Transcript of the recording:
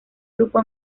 grupo